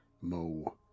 Mo